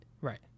Right